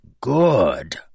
good